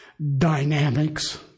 dynamics